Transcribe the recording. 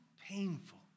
painful